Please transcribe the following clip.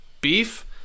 beef